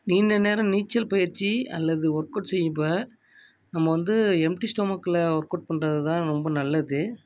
நீண்ட நேரம் நீச்சல் பயிற்சி அல்லது ஒர்க்அவுட் செய்யிறப்ப நம்ம வந்து எம்ட்டி ஸ்டொமக்கில் ஒர்க்அவுட் பண்ணுறது தான் ரொம்ப நல்லது